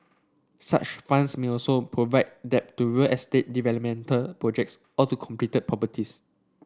such funds may also provide debt to real estate development projects or to completed properties